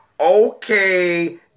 Okay